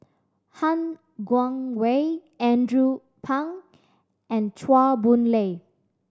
Han Guangwei Andrew Phang and Chua Boon Lay